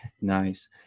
Nice